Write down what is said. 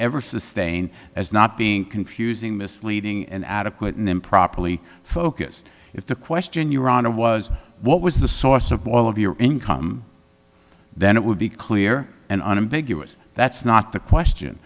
ever sustain as not being confusing misleading and adequate an improperly focused if the question your honor was what was the source of all of your income then it would be clear and unambiguous that's not the question